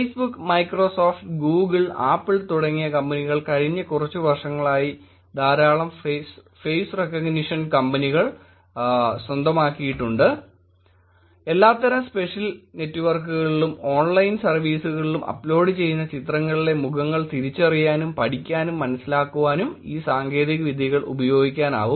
Facebook Microsoft Google Apple തുടങ്ങിയ കമ്പനികൾ കഴിഞ്ഞ കുറച്ച് വർഷങ്ങളായി ധാരാളം ഫേസ്റക്കഗ്നിഷൻ കമ്പനികൾ സ്വന്തമാക്കിയിട്ടുണ്ട് എല്ലാത്തരം സോഷ്യൽ നെറ്റ്വർക്കുകളിലും ഓൺലൈൻ സർവീസുകളിലും അപ്ലോഡ് ചെയ്യുന്ന ചിത്രങ്ങളിലെ മുഖങ്ങൾ തിരിച്ചറിയാനും പഠിക്കാനും മനസ്സിലാക്കാനും ഈ സാങ്കേതികവിദ്യകൾ ഉപയോഗിക്കാനാവും